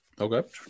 Okay